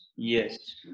Yes